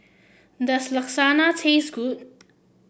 does Lasagna taste good